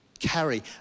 carry